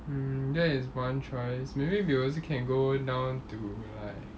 mm that is one choice maybe we also can go down to like